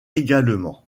également